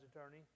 attorney